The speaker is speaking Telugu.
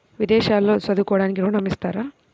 విదేశాల్లో చదువుకోవడానికి ఋణం ఇస్తారా?